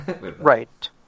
Right